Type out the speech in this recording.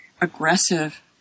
aggressive